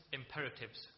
imperatives